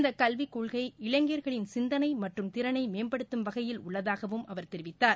இந்த கல்விக் கொள்கை இளைஞர்களின் சிந்தனை மற்றும் திறனை மேம்படுத்தும் வகையில் உள்ளதாகவும் அவர் தெரிவித்தார்